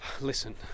Listen